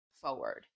forward